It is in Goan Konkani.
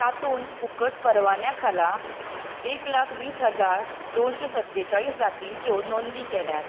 तातूंत फुकट परवान्यांखाला एक लाख वीस हजार दोनशें सत्तेचाळीस जातींच्यो नोंदी केल्यात